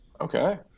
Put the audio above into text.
Okay